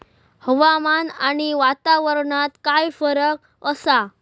हवामान आणि वातावरणात काय फरक असा?